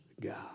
God